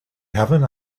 heaven